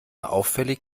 auffällig